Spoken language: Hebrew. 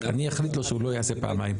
אני אחליט לו שהוא לא יעשה פעמיים.